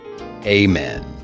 Amen